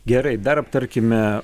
gerai dar aptarkime